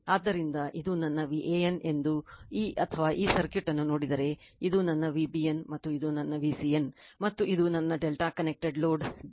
ಆದ್ದರಿಂದ ಇದು ನನ್ನ Van ಎಂದು ಈ ಅಥವಾ ಈ ಸರ್ಕ್ಯೂಟ್ ಅನ್ನು ನೋಡಿದರೆ ಇದು ನನ್ನ V bn ಮತ್ತು ಇದು ನನ್ನ V cn ಮತ್ತು ಇದು ನನ್ನ ∆ connector load Z ∆ Z ∆ Z ∆